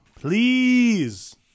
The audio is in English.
please